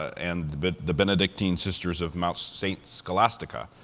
and the the benedictine sisters of mount st. scholastica.